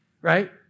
right